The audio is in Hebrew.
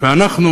ואנחנו